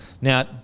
Now